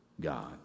God